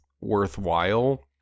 worthwhile